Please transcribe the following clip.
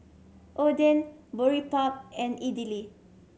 Oden Boribap and Idili